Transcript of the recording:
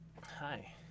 Hi